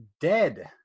dead